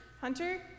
hunter